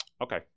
Okay